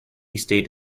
state